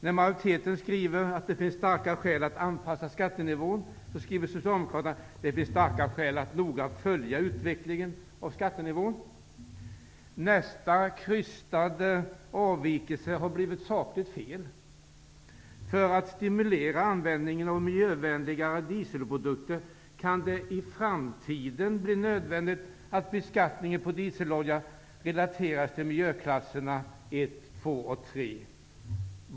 När majoriteten skriver att det finns ''starka skäl att anpassa den svenska skattenivån'', skriver socialdemokraterna att det finns ''starka skäl att noga följa utvecklingen av skattenivån''. Nästa krystade avvikelse har blivit sakligt fel: ''För att stimulera till användning av miljövänligare dieselprodukter kan det i framtiden bli nödvändigt att beskattningen av dieselolja relateras till miljöklasserna 1, 2 och 3.''